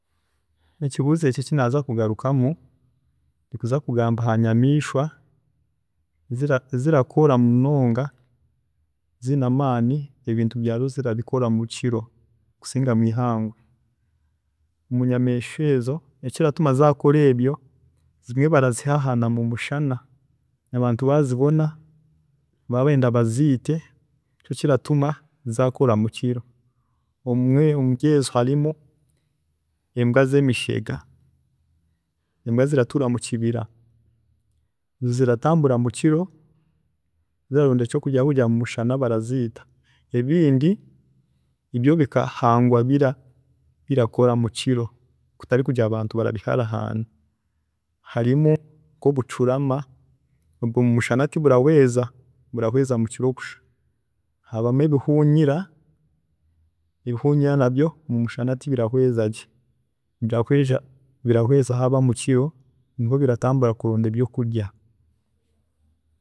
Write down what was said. ﻿Ekibuuzo eki eki naaza kugarukamu ndi kuza kugamaba hanyamiishwa zira zirakora munonga ziine amaani ebintu byazo zirabikora mukiro kusinga mwihangwe, munyamiishwa ezo ekiratuma zaakora ebyo zimwe barazihaahaana mumushana, abantu baazibona baraba barenda baziite nikyo kiratuma zakora mukiro, obumwe omuri ezo harimu embwa zemishega, embwa ziratuura mukibira, ziratambura mukiro ziraronda ekyokurya habwokugira ngu mumushana baraziita, ebindi byo bikahangwa bira birakora mukiro kutari kugira ngu abantu baraziharahaana, harimu nkobucurama obwe mumushana tiburahweeza, burahweeza mukiro kusha, habamu ebihuunyira, ebihuunyira nabyo mumushana tibirahweeza gye, birahweeza birahweeza haaba mukiro, niho biratambura kuronda ebyokurya.